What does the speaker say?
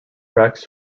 wrecks